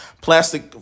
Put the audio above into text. Plastic